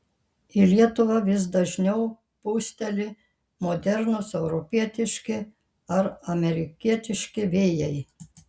į lietuvą vis dažniau pūsteli modernūs europietiški ar amerikietiški vėjai